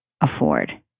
afford